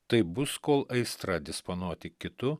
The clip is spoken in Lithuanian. taip bus kol aistra disponuoti kitu